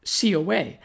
COA